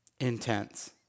intense